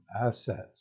assets